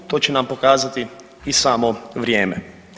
To će nam pokazati i samo vrijeme.